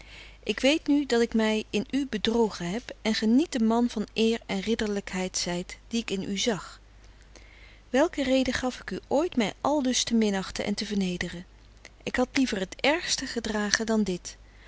ik weet nu ik mij in u bedrogen heb en ge niet de man van eer en ridderlijkheid zijt dien ik in u zag welke reden gaf ik u ooit mij aldus te minachten en te vernederen ik had liever het ergste gedragen dan dit